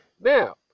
Now